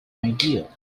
idea